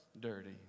dirty